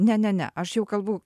ne ne ne aš jau kalbu